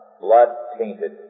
blood-tainted